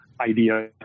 idea